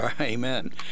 Amen